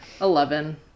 Eleven